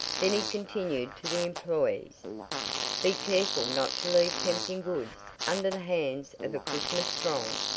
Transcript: then he continued to the employes be careful not to leave tempting goods under the hands of a christmas throng.